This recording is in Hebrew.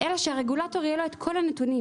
אלא שלרגולטור יהיו את כל הנתונים,